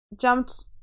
jumped